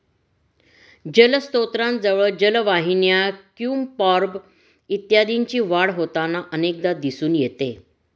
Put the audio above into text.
जलस्त्रोतांजवळ जलवाहिन्या, क्युम्पॉर्ब इत्यादींची वाढ होताना अनेकदा दिसून येते